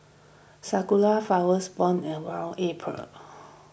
sakura flowers bloom around April